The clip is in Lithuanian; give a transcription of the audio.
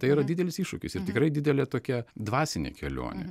tai yra didelis iššūkis ir tikrai didelė tokia dvasinė kelionė